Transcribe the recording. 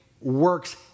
works